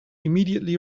immediately